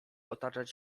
otaczać